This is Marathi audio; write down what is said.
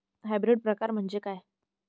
हायब्रिड प्रकार म्हणजे काय?